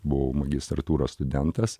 buvau magistratūros studentas